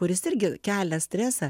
kuris irgi kelia stresą